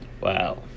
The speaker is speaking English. Wow